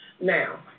Now